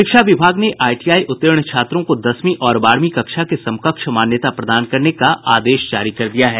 शिक्षा विभाग ने आईटीआई उत्तीर्ण छात्रों को दसवीं और बारहवीं कक्षा के समकक्ष मान्यता प्रदान करने का आदेश जारी कर दिया है